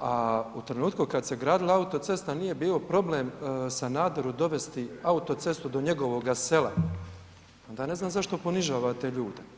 a u trenutku kada se gradila autocesta nije bio problem Sanaderu dovesti autocestu do njegovoga sela onda ne znam zašto ponižavate ljude.